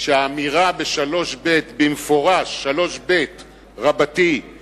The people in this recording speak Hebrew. שהאמירה ב-3ב רבתי במפורש, 3ב(ג)